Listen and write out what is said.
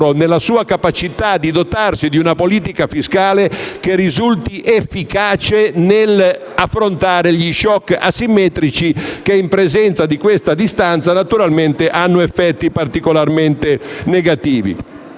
nella sua capacità di dotarsi di una politica fiscale che risulti efficace nell'affrontare gli *shock* asimmetrici che, in presenza di questa distanza, naturalmente hanno effetti particolarmente negativi.